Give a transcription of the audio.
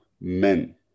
men